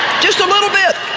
just a little bit,